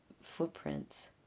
footprints